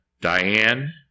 Diane